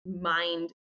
mind